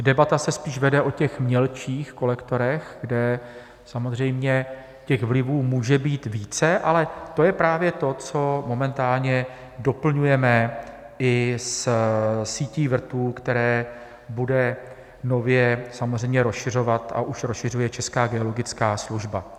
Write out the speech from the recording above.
Debata se spíš vede o těch mělčích kolektorech, kde samozřejmě těch vlivů může být více, ale to je právě to, co momentálně doplňujeme i sítí vrtů, které bude nově samozřejmě rozšiřovat a už rozšiřuje Česká geologická služba.